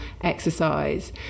exercise